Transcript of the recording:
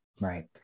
Right